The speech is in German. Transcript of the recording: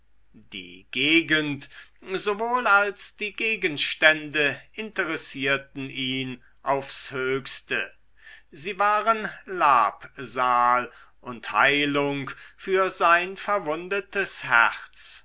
die gegend sowohl als die gegenstände interessierten ihn aufs höchste sie waren labsal und heilung für sein verwundetes herz